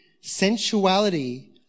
sensuality